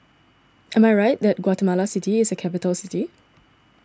am I right that Guatemala City is a capital city